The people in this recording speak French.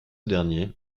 dernier